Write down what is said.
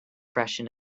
freshen